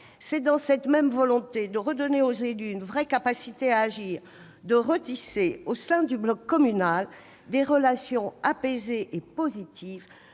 C'est avec cette même volonté de redonner aux élus une véritable capacité à agir, de retisser, au sein du bloc communal, des relations apaisées et positives,